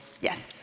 Yes